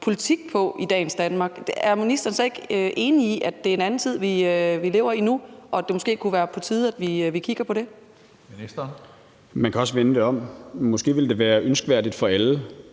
politik på i dagens Danmark. Er ministeren ikke enig i, at det er en anden tid, vi lever i nu, og at det måske kunne være på tide, at vi kigger på det? Kl. 16:11 Tredje næstformand